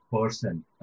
person